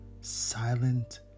silent